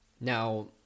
now